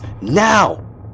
now